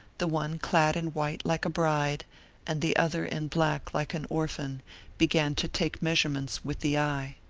the one clad in white like a bride and the other in black like an orphan began to take measurements with the eye.